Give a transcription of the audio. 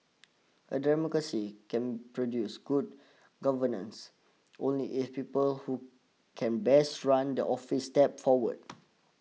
a democracy can produce good governance only if people who can best run the office step forward